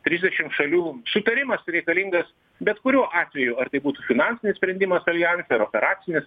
trisdešim šalių sutarimas reikalingas bet kuriuo atveju ar tai būtų finansinis sprendimas aljanse ar operacinis